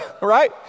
right